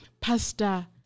Pastor